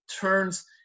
turns